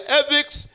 ethics